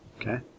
Okay